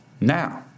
Now